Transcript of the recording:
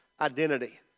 identity